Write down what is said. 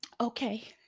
Okay